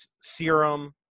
serum